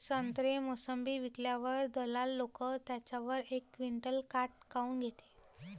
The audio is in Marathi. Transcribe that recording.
संत्रे, मोसंबी विकल्यावर दलाल लोकं त्याच्यावर एक क्विंटल काट काऊन घेते?